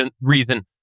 reason